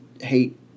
hate